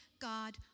God